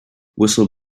whistle